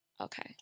Okay